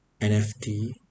NFT